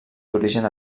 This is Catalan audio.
d’origen